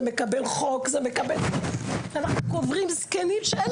זה מקבל חוק ואנחנו קוברים זקנים שאין